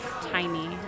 tiny